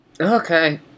Okay